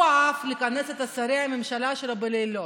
הוא אהב לכנס את שרי הממשלה שלו בלילות.